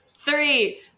three